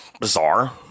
Bizarre